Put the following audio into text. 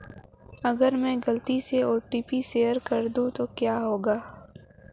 अगर मैं गलती से ओ.टी.पी शेयर कर दूं तो क्या होगा?